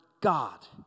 God